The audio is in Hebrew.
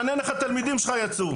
מעניין איך התלמידים שלך יצאו.